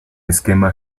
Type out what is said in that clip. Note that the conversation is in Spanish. esquema